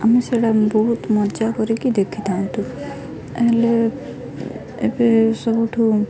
ଆମେ ସେଇଟା ବହୁତ ମଜା କରିକି ଦେଖି ଥାନ୍ତୁ ହେଲେ ଏବେ ସବୁଠୁ